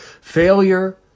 Failure